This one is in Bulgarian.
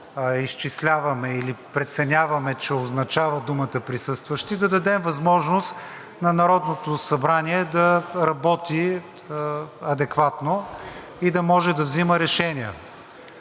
изчисляваме или преценяваме, че означава думата „присъстващи“, да дадем възможност на Народното събрание да работи адекватно и да може да взема решения.